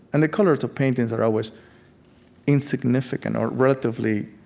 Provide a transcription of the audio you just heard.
and the colors of paintings are always insignificant, or relatively